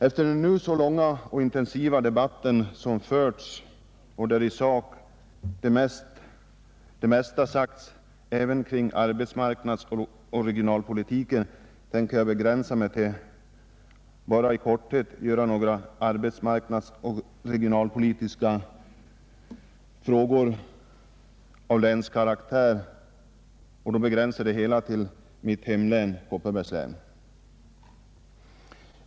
Efter den långa och intensiva debatt som förts, där i sak det mesta sagts även kring arbetsmarknadsoch regionalpolitiken, tänker jag begränsa mig till att i korthet beröra några arbetsmarknadsoch regionalpolitiska frågor av länskaraktär och då tala om mitt hemlän, Kopparbergs län.